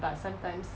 but sometimes